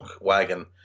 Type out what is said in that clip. wagon